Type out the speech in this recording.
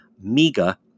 MEGA